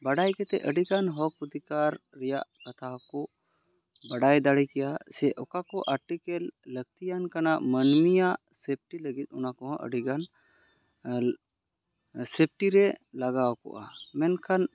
ᱵᱟᱰᱟᱭ ᱠᱟᱛᱮᱫ ᱟᱹᱰᱤ ᱜᱟᱱ ᱦᱚᱠ ᱚᱫᱷᱤᱠᱟᱨ ᱨᱮᱭᱟᱜ ᱠᱟᱛᱷᱟ ᱦᱚᱸᱠᱚ ᱵᱟᱰᱟᱭ ᱫᱟᱲᱮ ᱠᱮᱭᱟ ᱥᱮ ᱚᱠᱟ ᱠᱚ ᱟᱴᱤᱠᱮᱞ ᱞᱟᱹᱠᱛᱤᱭᱟᱱ ᱠᱟᱱᱟ ᱢᱟᱹᱱᱢᱤᱭᱟᱜ ᱥᱮᱯᱴᱤ ᱞᱟᱹᱜᱤᱫ ᱚᱱᱟ ᱠᱚᱦᱚᱸ ᱟᱹᱰᱤ ᱜᱟᱱ ᱥᱮᱯᱴᱤ ᱨᱮ ᱞᱟᱜᱟᱣ ᱠᱚᱜᱼᱟ ᱢᱮᱱᱠᱷᱟᱱ